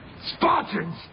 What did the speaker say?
Spartans